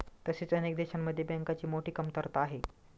तसेच अनेक देशांमध्ये बँकांची मोठी कमतरता आहे